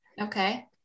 okay